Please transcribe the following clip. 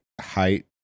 height